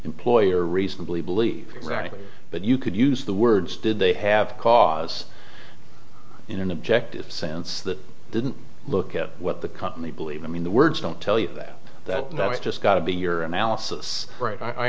employer reasonably believe radically but you could use the words did they have cause in an objective sense that didn't look at what the company believe i mean the words don't tell you that that is just got to be your analysis right i